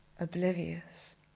oblivious